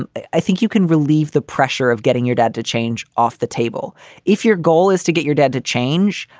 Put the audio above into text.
and i think you can relieve the pressure of getting your dad to change off the table if your goal is to get your dad to change.